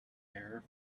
hair